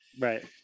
Right